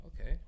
Okay